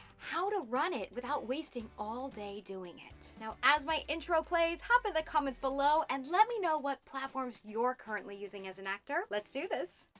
how to run it without wasting all day doing it. now, as my intro plays, hop in the comments below, and let me know what platforms you're currently using as an actor, let's do this.